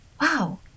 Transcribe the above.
wow